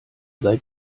sei